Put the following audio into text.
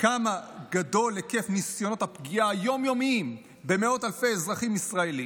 כמה גדול היקף ניסיונות הפגיעה היום-יומיים במאות אלפי אזרחים ישראלים,